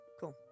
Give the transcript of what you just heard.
Cool